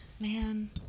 Man